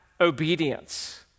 obedience